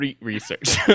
research